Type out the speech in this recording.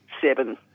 seven